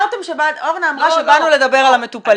אורנה אמרה שבאנו לדבר על המטופלים.